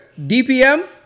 DPM